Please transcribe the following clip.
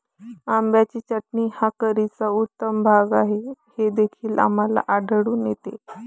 आंब्याची चटणी हा करीचा उत्तम भाग आहे हे देखील आम्हाला आढळून आले